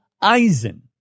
Eisen